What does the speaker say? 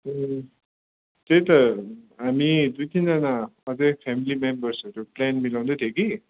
ए त्यही त हामी दुई तिनजना फेमेली मेम्बर्सहरू प्लान मिलाउँदै थियो कि